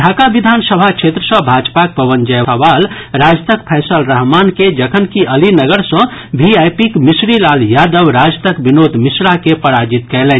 ढाका विधानसभा क्षेत्र सॅ भाजपाक पवन जायसवाल राजदक फैसल रहमान के जखनकि अलीनगर सॅ वीआईपीक मिश्री लाल यादव राजदक विनोद मिश्रा के पराजित कयलनि